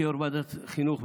כיו"ר ועדת החינוך,